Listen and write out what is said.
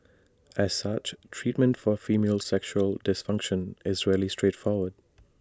as such treatment for female sexual dysfunction is rarely straightforward